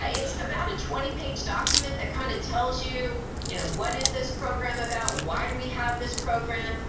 ah it's about a twenty page document that kinda kind of tells you you know what is this program about, why do we have this program,